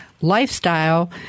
lifestyle